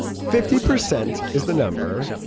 fifty percent is the number.